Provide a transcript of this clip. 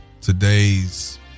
today's